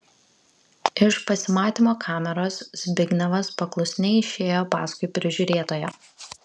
iš pasimatymo kameros zbignevas paklusniai išėjo paskui prižiūrėtoją